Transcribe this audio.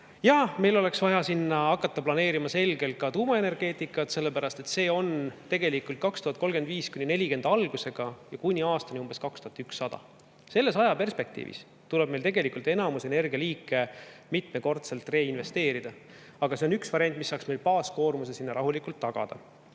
Meil oleks vaja hakata planeerima selgelt ka tuumaenergeetikat, sellepärast et see on tegelikult 2035–2040 algusega, kuni aastani umbes 2100. Selles ajaperspektiivis tuleb meil tegelikult enamikku energialiike mitmekordselt reinvesteerida. Aga see on üks variant, mis saaks meil baaskoormuse sinna rahulikult tagada.